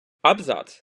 абзац